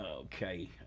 Okay